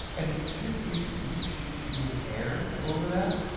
and she doesn't use heat. she just uses air over that.